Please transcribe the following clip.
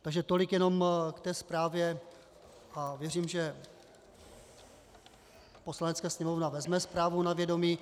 Takže tolik jenom k té zprávě a věřím, že Poslanecká sněmovna vezme zprávu na vědomí.